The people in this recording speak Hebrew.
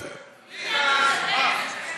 ביטן, הוא מדבר אליך.